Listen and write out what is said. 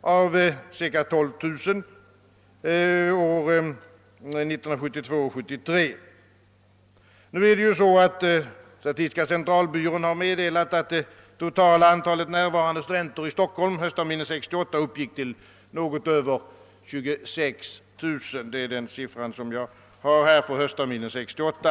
av cirka 12000 år 1972/73. Nu har statistiska centralbyrån meddelat, att det totala antalet närvarande studenter i Stockholm höstterminen 1968 uppgick till något över 26 000.